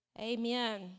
Amen